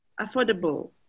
affordable